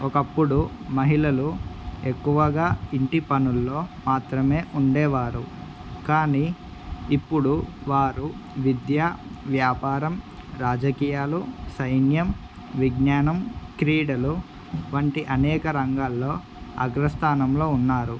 ఒకప్పుడు మహిళలు ఎక్కువగా ఇంటి పనుల్లో మాత్రమే ఉండేవారు కానీ ఇప్పుడు వారు విద్య వ్యాపారం రాజకీయాలు సైన్యం విజ్ఞానం క్రీడలు వంటి అనేక రంగాల్లో అగ్రస్థానంలో ఉన్నారు